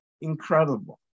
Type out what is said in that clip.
incredible